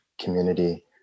community